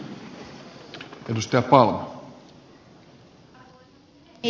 arvoisa puhemies